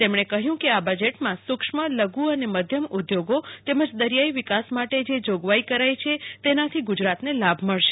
તેમણે કહ્યું કે આ બજેટમાં સૂક્ષ્મ લધુ અને મધ્યમ ઉદ્યોગો તેમજ દરિયાઈ વિકાસ માટે જે જોગવાઈ કરાઇ છે તેનાથી ગુજરાતને લાભ મળશે